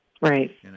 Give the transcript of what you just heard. Right